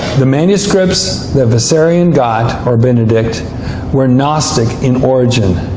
the manuscripts that vessarion got or benedict were gnostic in origin.